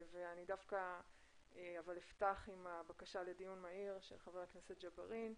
אבל אני דווקא אפתח עם הבקשה לדיון מהיר של חבר הכנסת ג'בארין,